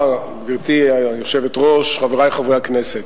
גברתי היושבת-ראש, תודה רבה, חברי חברי הכנסת,